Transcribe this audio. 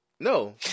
No